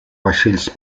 vaixells